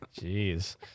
Jeez